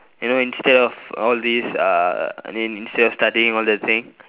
you know instead of all these uh I mean instead of studying all that thing